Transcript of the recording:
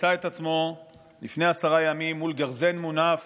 מצא את עצמו לפני עשרה ימים מול גרזן מונף